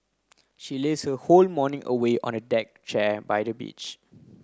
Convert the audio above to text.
she laze her whole morning away on a deck chair by the beach